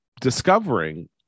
discovering